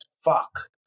fuck